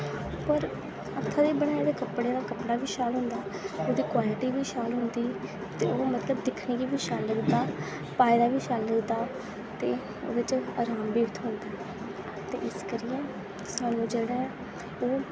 पर हत्थ दे बनाए दे कपड़े दा कपड़ा बी शैल होंदा ओह्दी क्वालिटी बी शैल होंदी ते ओह् मैतलब दिक्खने बी शल लगदा पाए दा बड़ा शैल लगदा ते ओह्दे बिच्च आराम बी थ्होंदा ते इस करियै सानू् जेह्ड़ा ऐ ओह्